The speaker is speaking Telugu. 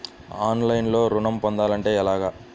ఆన్లైన్లో ఋణం పొందాలంటే ఎలాగా?